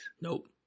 Nope